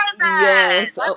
Yes